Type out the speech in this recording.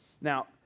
Now